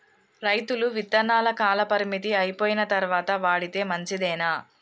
రైతులు విత్తనాల కాలపరిమితి అయిపోయిన తరువాత వాడితే మంచిదేనా?